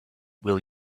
will